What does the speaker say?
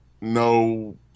no